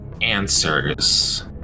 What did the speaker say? answers